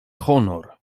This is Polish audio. honor